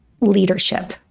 leadership